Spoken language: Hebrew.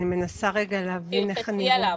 תלחצי עליו.